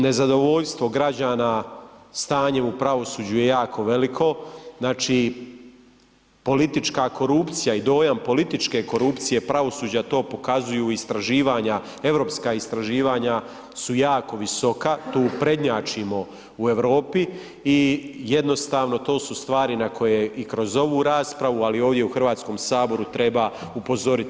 Nezadovoljstvo građana stanjem u pravosuđu je jako veliko, znači politička korupcija i dojam političke korupcije pravosuđa, to pokazuju istraživanja, europska istraživanja su jako visoka, tu prednjačimo u Europi i jednostavno to su stvari na koje i kroz ovu raspravu ali i ovdje u Hrvatskom saboru treba upozoriti.